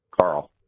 Carl